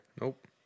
Nope